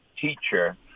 teacher